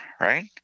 right